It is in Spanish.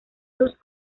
sus